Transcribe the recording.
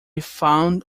found